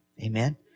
amen